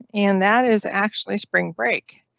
and that is actually spring break.